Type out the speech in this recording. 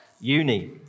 uni